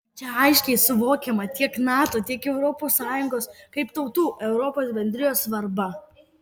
čia aiškiai suvokiama tiek nato tiek europos sąjungos kaip tautų europos bendrijos svarba